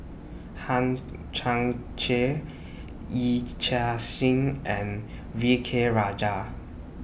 Hang Chang Chieh Yee Chia Hsing and V K Rajah